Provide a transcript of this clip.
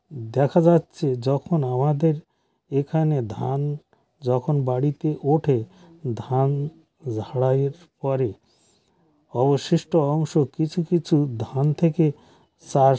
দেখা যাচ্ছে যখন আমাদের এখানে ধান যখন বাড়িতে ওঠে ধান ঝাড়াইয়ের পরে অবশিষ্ট অংশ কিছু কিছু ধান থেকে চাষ